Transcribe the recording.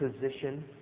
position